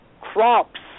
crops